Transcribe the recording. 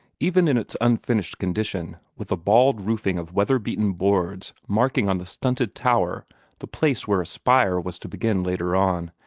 even in its unfinished condition, with a bald roofing of weather-beaten boards marking on the stunted tower the place where a spire was to begin later on,